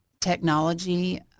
technology